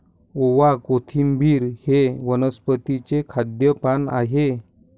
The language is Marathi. ओवा, कोथिंबिर हे वनस्पतीचे खाद्य पान आहे